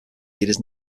leaders